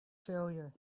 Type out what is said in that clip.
failure